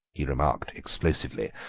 he remarked explosively,